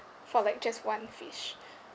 for like just one fish